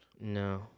No